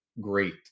great